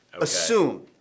assume